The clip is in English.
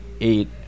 eight